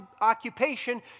occupation